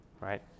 right